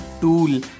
tool